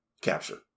capture